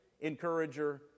encourager